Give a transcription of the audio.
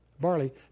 barley